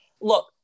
Look